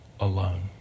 alone